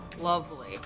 Lovely